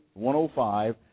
105